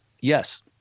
Yes